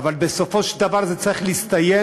אבל בסופו של דבר זה צריך להסתיים